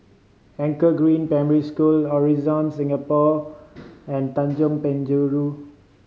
Anchor Green Primary School Horizon Singapore and Tanjong Penjuru